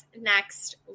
next